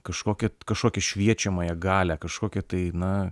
kažkokią kažkokią šviečiamąją galią kažkokią tai na